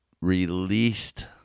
released